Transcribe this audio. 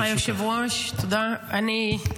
תודה רבה לאדוני היושב-ראש.